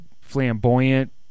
flamboyant